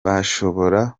bashobora